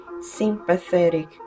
sympathetic